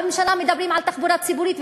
בממשלה מדברים על תחבורה ציבורית,